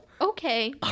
okay